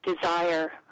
desire